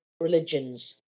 religions